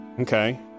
Okay